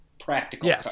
practical